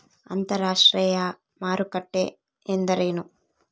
ಅಂತರಾಷ್ಟ್ರೇಯ ಮಾರುಕಟ್ಟೆ ಎಂದರೇನು?